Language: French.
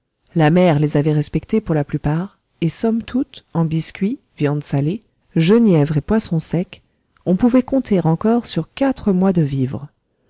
la mer les avait respectées pour la plupart et somme toute en biscuits viande salée genièvre et poissons secs on pouvait compter encore sur quatre mois de vivres